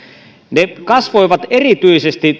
ne kasvoivat erityisesti